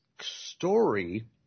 story